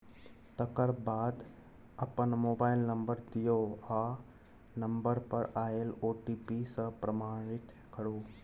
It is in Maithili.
तकर बाद अपन मोबाइल नंबर दियौ आ नंबर पर आएल ओ.टी.पी सँ प्रमाणित करु